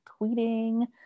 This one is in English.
tweeting